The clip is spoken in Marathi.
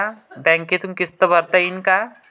बँकेतून किस्त भरता येईन का?